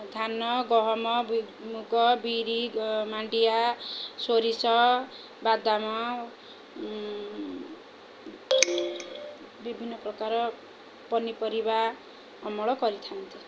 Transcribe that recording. ଧାନ ଗହମ ମୁଗ ବିରି ମାଣ୍ଡିଆ ସୋରିଷ ବାଦାମ ବିଭିନ୍ନପ୍ରକାର ପନିପରିବା ଅମଳ କରିଥାନ୍ତି